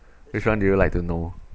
which one do you like to know